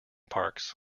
parks